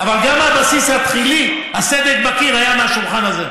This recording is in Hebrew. אבל גם הבסיס התחילי הסדק בקיר היה מהשולחן הזה.